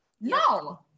no